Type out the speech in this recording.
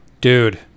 dude